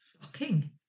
Shocking